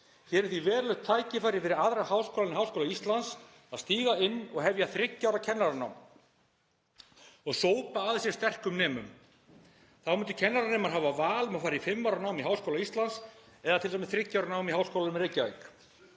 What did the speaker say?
Hér er því verulegt tækifæri fyrir aðra háskóla en Háskóla Íslands að stíga inn og hefja þriggja ára kennaranám og sópa að sér sterkum nemum. Þá myndu kennaranemar hafa val um að fara í fimm ára nám í Háskóla Íslands eða t.d. þriggja ára nám í Háskólanum í Reykjavík.